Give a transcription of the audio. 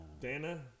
Dana